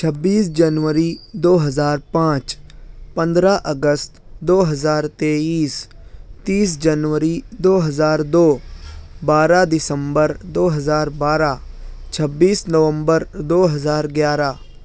چھبیس جنوری دو ہزار پانچ پندرہ اگست دو ہزار تیئیس تیس جنوری دو ہزار دو بارہ دسمبر دو ہزار بارہ چھبیس نومبر دو ہزار گیارہ